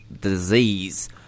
disease